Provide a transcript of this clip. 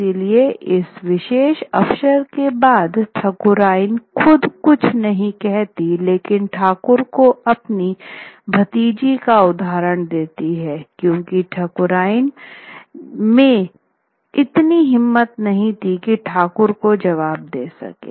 इसलिए इस विशेष अवसर के बाद ठाकुरायन खुद कुछ नहीं कहती लेकिन ठाकुर को अपनी भतीजी का उदहारण देती है क्यूंकि ठाकुरन में इतनी हिम्मत नहीं थी कि ठाकुर को जवाब दे सके